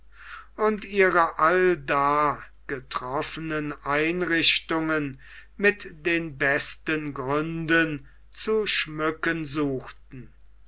und ihre allda getroffenen einrichtungen mit den besten gründen zu schmücken suchten